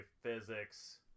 physics